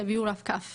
תביאו רק קו